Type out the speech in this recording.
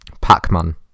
Pac-Man